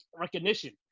recognition